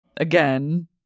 again